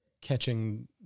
catching